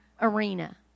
arena